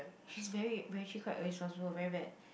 she's very very quite irresponsible very bad